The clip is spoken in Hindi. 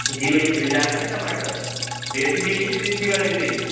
जी भैया मिल जायेगा न टमाटर देशी चाहिए या विदेशी वाले चाहिए